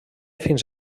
fins